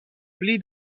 pli